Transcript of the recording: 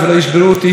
חיבקו אותי.